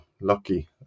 lucky